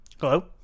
Hello